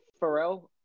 Pharrell